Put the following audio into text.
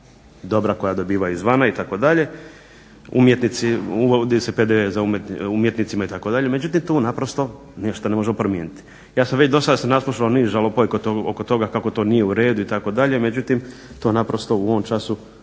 dobra koja dobivaju izvana itd., umjetnici, uvodi se PDV umjetnicima itd. Međutim, tu naprosto ništa ne možemo promijenit. Ja sam već dosada se naslušao niz žalopojki oko toga kako to nije u redu itd. međutim to naprosto u ovom času